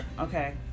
okay